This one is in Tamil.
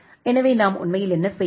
எனவே நாம் உண்மையில் என்ன செய்கிறோம்